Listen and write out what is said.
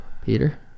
Peter